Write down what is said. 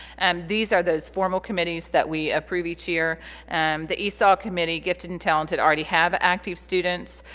and these are those formal committees that we approve each year and the esol committee gifted and talented already have active students.